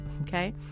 okay